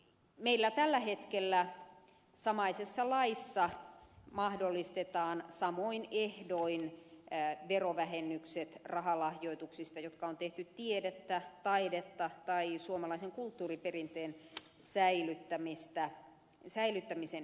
meillä tällä hetkellä samaisessa laissa mahdollistetaan samoin ehdoin verovähennykset rahalahjoituksista jotka on tehty tieteen taiteen tai suomalaisen kulttuuriperinteen säilyttämisen edistämiseksi